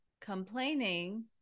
complaining